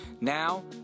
Now